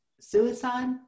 suicide